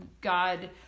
God